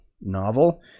novel